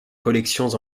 collections